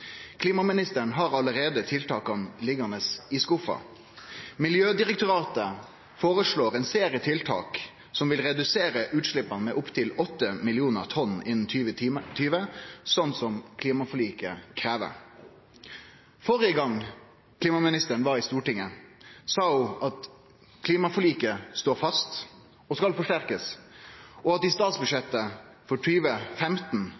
Klimaministeren har allereie tiltaka liggjande i skuffar. Miljødirektoratet foreslår ein serie tiltak som vil redusere utsleppa med opptil 8 millionar tonn innan 2020, sånn som klimaforliket krev. Førre gongen klimaministeren var i Stortinget, sa ho at klimaforliket står fast og skal bli forsterka, og at